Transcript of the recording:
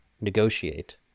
negotiate